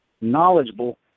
knowledgeable